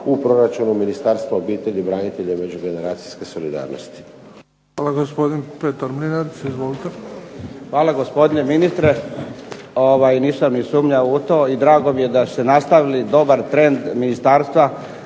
u proračunu Ministarstva obitelji, branitelja i međugeneracijske solidarnosti. **Bebić, Luka (HDZ)** Hvala. Gospodin Petar Mlinarić. Izvolite. **Mlinarić, Petar (HDZ)** Hvala gospodine ministre. Nisam ni sumnjao u to i drago mi je da ste nastavili dobar trend ministarstva